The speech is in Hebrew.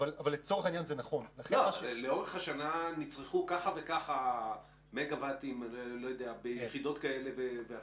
לא, לאורך השנה נצרכו כך וכך יחידות חשמל,